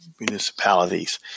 municipalities